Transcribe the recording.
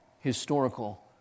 Historical